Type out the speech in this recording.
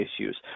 issues